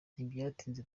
ntibyatinze